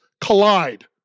collide